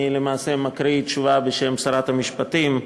אני למעשה מקריא תשובה בשם שרת המשפטים,